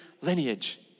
lineage